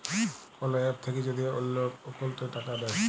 call app থাক্যে যদি অল্লো অকৌলটে টাকা দেয়